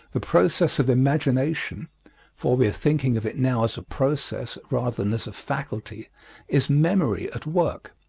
the process of imagination for we are thinking of it now as a process rather than as a faculty is memory at work.